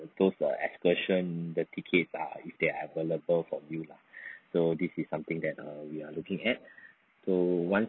those err excursions the tickets are if there are available for you lah so this is something that err we are looking at so once